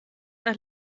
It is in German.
ein